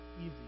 easy